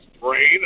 brain